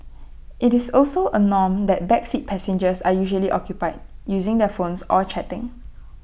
IT is also A norm that back seat passengers are usually occupied using their phones or chatting